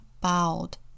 bowed